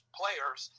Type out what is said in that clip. players